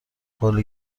قول